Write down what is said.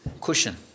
cushion